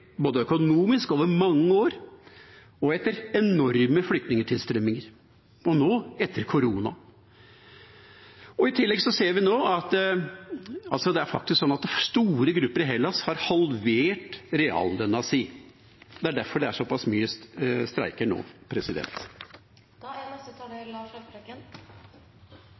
både økonomisk over mange år, etter enorm flyktningtilstrømming og nå etter koronaen. Det er faktisk sånn at store grupper i Hellas har halvert reallønnen sin. Det er derfor det er så mange streiker nå.